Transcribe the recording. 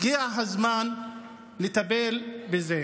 הגיע הזמן לטפל בזה.